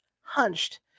hunched